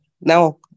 now